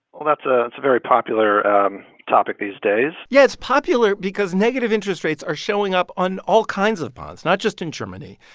well, that's a very popular um topic these days yeah, it's popular because negative interest rates are showing up on all kinds of bonds, not just in germany.